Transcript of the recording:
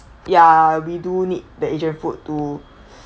ya we do need the asian food too